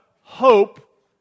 hope